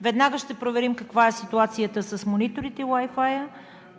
Веднага ще проверим каква е ситуацията с мониторите и Wi Fi.